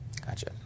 Gotcha